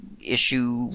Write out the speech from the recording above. issue